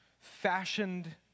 fashioned